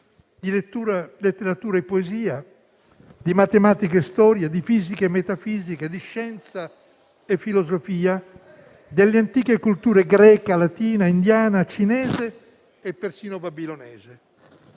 di letteratura e poesia; di matematica e storia; di fisica e metafisica; di scienza e filosofia delle antiche culture greca, latina, indiana, cinese e persino babilonese;